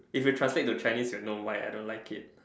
if you translate to Chinese you'll know why I don't like it